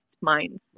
minds